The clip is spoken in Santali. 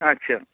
ᱟᱪᱪᱷᱟ